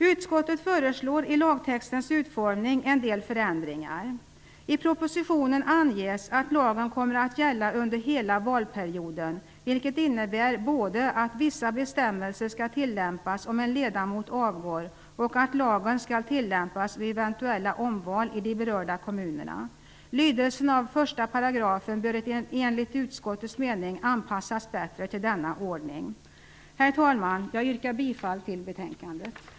Utskottet föreslår en del förändringar i lagtextens utformning. I propositionen anges att lagen kommer att gälla under hela valperioden, vilket innebär både att vissa bestämmelser skall tillämpas om en ledamot avgår och att lagen skall tillämpas vid eventuella omval i de berörda kommunerna. Lydelsen av 1 § bör enligt utskottets mening bättre anpassas till denna ordning. Herr talman! Jag yrkar bifall till utskottets hemställan i betänkandet.